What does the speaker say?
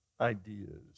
ideas